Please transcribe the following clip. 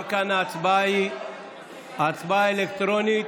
גם כאן ההצבעה היא הצבעה אלקטרונית.